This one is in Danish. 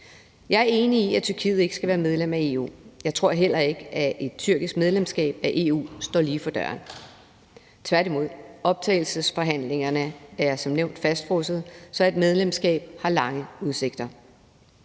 Jeg er enig i, at Tyrkiet ikke skal være medlem af EU. Jeg tror heller ikke, at et tyrkisk medlemskab af EU står lige for døren. Tværtimod er optagelsesforhandlingerne som nævnt fastfrosset, så et medlemskab har lange udsigter.